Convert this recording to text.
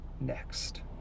next